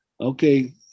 okay